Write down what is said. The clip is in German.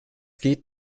geht